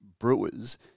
brewers